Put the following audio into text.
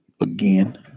again